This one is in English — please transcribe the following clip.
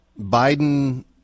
Biden